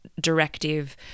directive